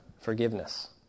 forgiveness